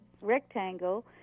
rectangle